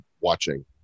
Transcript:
watching